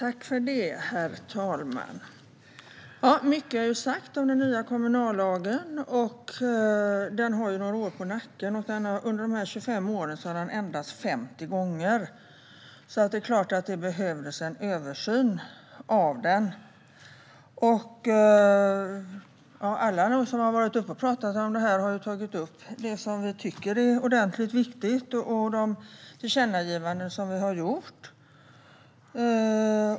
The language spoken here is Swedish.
Herr talman! Mycket har sagts om den nya kommunallagen. Den har ju några år på nacken, och under de 25 åren har den ändrats 50 gånger. Så det är klart att det behövdes en översyn av den. Alla som har talat om detta har tagit upp det vi tycker är viktigt och de tillkännagivanden vi har gjort.